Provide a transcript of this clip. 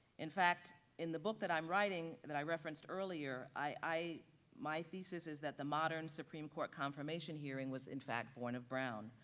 in fact, in the book that i'm writing that i referenced earlier, my thesis is that the modern supreme court confirmation hearing was in fact born of brown.